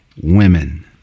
women